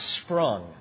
sprung